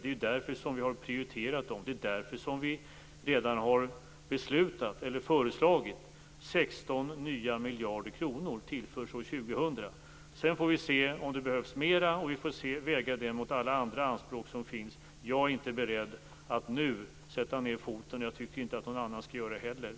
Det är därför vi har prioriterat dem, och det är därför vi redan har föreslagit att 16 nya miljarder skall tillföras dessa områden år 2000. Sedan får vi se om det behövs mer och väga det mot andra anspråk som finns. Jag är inte beredd att sätta ned foten nu och tycker inte heller att någon annan skall göra det.